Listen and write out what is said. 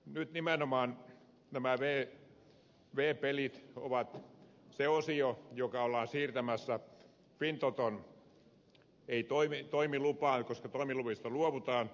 nyt nimenomaan nämä v pelit ovat se osio joka ollaan siirtämässä lainsäädännöllä fintoton toimeenpanemaksi ei toimilupaan koska toimiluvista luovutaan